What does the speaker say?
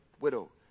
widow